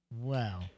wow